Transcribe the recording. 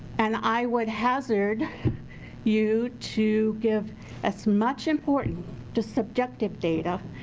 and i would hazard you to give as much importance to subjective data,